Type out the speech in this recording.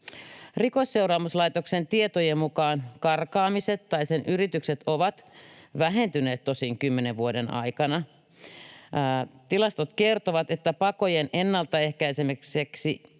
Rikosseuraamuslaitoksen tietojen mukaan karkaamiset tai sen yritykset ovat tosin vähentyneet 10 vuoden aikana. Tilastot kertovat, että pakojen ennalta ehkäisemiseksi